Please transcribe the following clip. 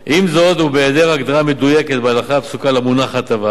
זאת ובהיעדר הגדרה מדויקת בהלכה הפסוקה למונח "הטבה",